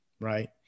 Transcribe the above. right